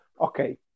okay